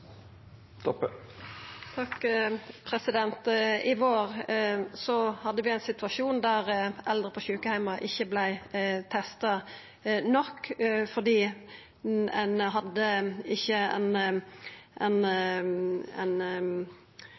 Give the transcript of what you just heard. I vår hadde vi ein situasjon der eldre på sjukeheimar ikkje vart testa nok, fordi ein hadde ikkje retningsliner som tilsa at ein